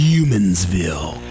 Humansville